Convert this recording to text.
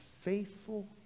faithful